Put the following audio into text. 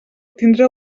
tindre